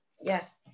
Yes